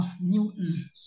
Newton